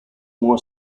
more